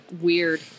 weird